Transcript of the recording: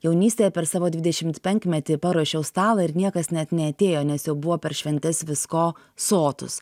jaunystėje per savo dvidešimt penkmetį paruošiau stalą ir niekas net neatėjo nes jau buvo per šventes visko sotūs